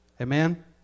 Amen